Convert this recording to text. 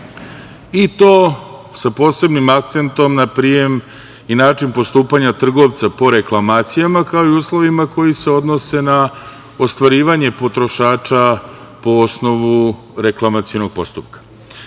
i to sa posebnim akcentom na prijem i način postupanja trgovca po reklamacijama, kao i uslovima koji se odnose na ostvarivanje potrošača po osnovu reklamacionog postupka. Da